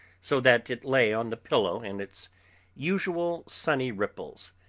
so that it lay on the pillow in its usual sunny ripples.